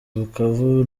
bukavu